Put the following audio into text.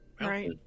Right